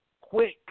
Quick